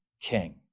king